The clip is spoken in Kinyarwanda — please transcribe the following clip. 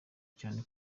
cyane